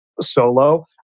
solo